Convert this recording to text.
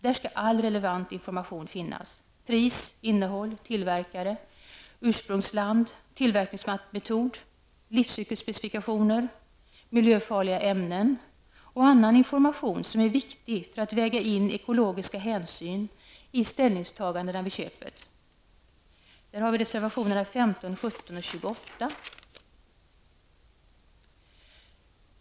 Där skall all relevant information finnas -- pris, innehåll, tillverkare, ursprungsland, tillverkningsmetod, livscykelspecifikationer, miljöfarliga ämnen och annan information som är viktig för att man skall kunna väga in ekologiska hänsyn i ställningstagandena vid köpet. Detta tas upp i reservationerna 15, 17 och 28.